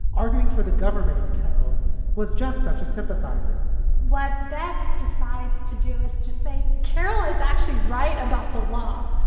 arguing for the government and carol was just such a sympathizer what beck decides to do is just say carol is actually right about the law.